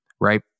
right